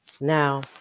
Now